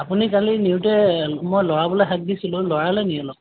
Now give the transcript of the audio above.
আপুনি কালি নিওতে লৰাবলৈ হাক দিছিলোঁ লৰালে নেকি অলপ